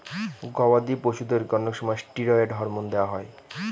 গবাদি পশুদেরকে অনেক সময় ষ্টিরয়েড হরমোন দেওয়া হয়